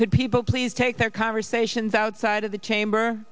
could people please take their conversations outside of the chamber